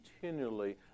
continually